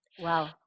Wow